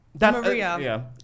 Maria